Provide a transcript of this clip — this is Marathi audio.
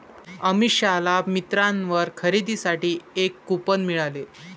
अमिषाला मिंत्रावर खरेदीसाठी एक कूपन मिळाले